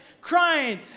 crying